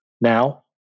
now